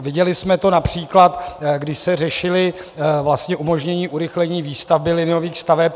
Viděli jsme to například, když se řešilo umožnění urychlení výstavby liniových staveb.